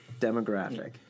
demographic